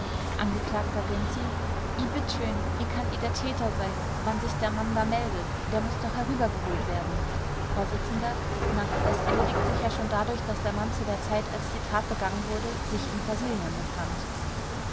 angekl gönczi i bitt schön wie kann i der täter sein wann sich der mann da meldet der muß doch herübergeholt werden vors na das erledigt sich ja schon dadurch daß der mann zu der zeit als die tat begangen wurde sich in brasilien befand